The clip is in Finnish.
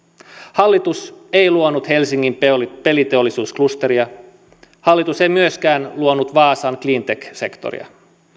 hallitus ei luonut helsingin peliteollisuusklusteria hallitus ei myöskään luonut vaasan cleantech sektoria